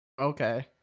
Okay